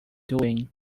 doing